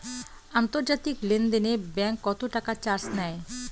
আন্তর্জাতিক লেনদেনে ব্যাংক কত টাকা চার্জ নেয়?